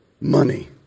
money